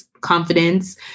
confidence